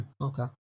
okay